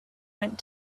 went